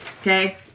Okay